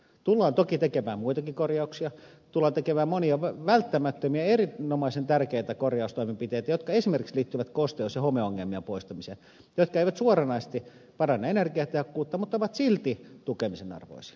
tullaan toki tekemään muitakin korjauksia tullaan tekemään monia välttämättömiä erinomaisen tärkeitä korjaustoimenpiteitä jotka esimerkiksi liittyvät kosteus ja homeongelmien poistamiseen jotka eivät suoranaisesti paranna energiatehokkuutta mutta ovat silti tukemisen arvoisia